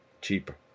cheaper